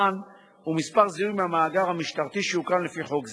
מען ומספר זיהוי מהמאגר המשטרתי שיוקם לפי חוק זה.